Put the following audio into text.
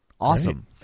Awesome